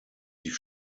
dich